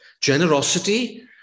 Generosity